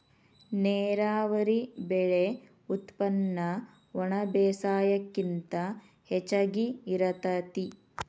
ನೇರಾವರಿ ಬೆಳೆ ಉತ್ಪನ್ನ ಒಣಬೇಸಾಯಕ್ಕಿಂತ ಹೆಚಗಿ ಇರತತಿ